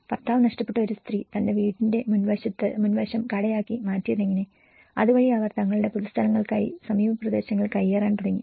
ഭർത്താവ് നഷ്ടപ്പെട്ട ഒരു സ്ത്രീ തന്റെ വീടിന്റെ മുൻവശം കടയാക്കി മാറ്റിയതെങ്ങനെ അതുവഴി അവർ തങ്ങളുടെ പൊതുസ്ഥലങ്ങൾക്കായി സമീപപ്രദേശങ്ങൾ കയ്യേറാൻ തുടങ്ങി